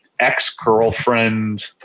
ex-girlfriend